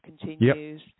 continues